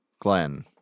Glenn